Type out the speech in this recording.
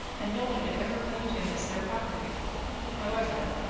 and no one had ever claimed him as their property however,